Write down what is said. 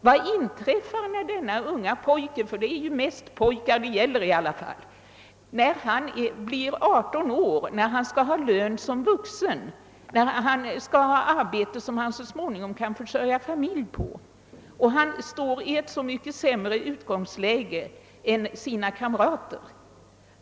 Vad inträffar när dessa unga pojkar — det är mest pojkar det gäller i detta fall — blir 18 år och skall ha lön som vuxna och arbete som de så småningom skall kunna försörja familj på? De står ju i ett så mycket sämre utgångsläge än sina kamrater.